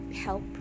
help